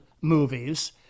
movies